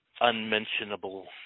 unmentionable